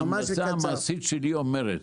ההמלצה המעשית שלי אומרת